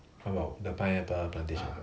about the pineapple plantation